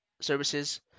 services